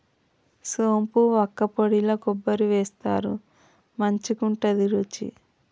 సోంపు వక్కపొడిల కొబ్బరి వేస్తారు మంచికుంటది రుచి